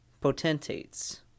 potentates